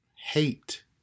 hate